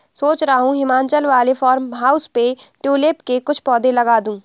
सोच रहा हूं हिमाचल वाले फार्म हाउस पे ट्यूलिप के कुछ पौधे लगा दूं